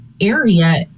area